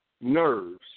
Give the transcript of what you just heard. nerves